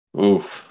Oof